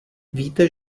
víte